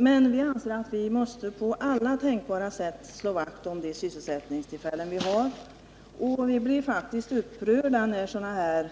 Men vi anser att vi på alla tänkbara sätt måste slå vakt om de sysselsättningstillfällen som vi har, och vi blir faktiskt upprörda när sådana här